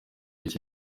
iki